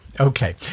Okay